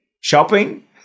shopping